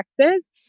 Texas